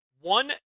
One